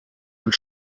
und